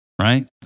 right